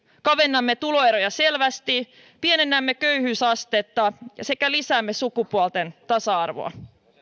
kavennamme tuloeroja selvästi pienennämme köyhyysastetta sekä lisäämme sukupuolten tasa arvoa